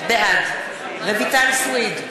בעד רויטל סויד,